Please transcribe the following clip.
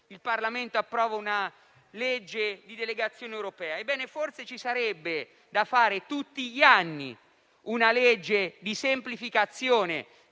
il Parlamento approva una legge di delegazione europea. Ebbene, forse bisognerebbe approvare tutti gli anni una legge di semplificazione